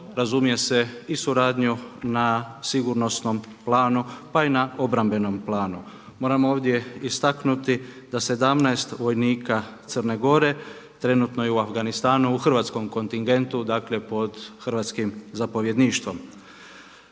razumije se i suradnju na sigurnosnom planu, pa i na obrambenom planu. Moram ovdje istaknuti da 17 vojnika Crne Gore trenutno u Afganistanu u hrvatskom kontingentu dakle pod hrvatskim zapovjedništvom.